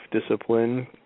discipline